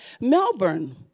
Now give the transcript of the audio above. Melbourne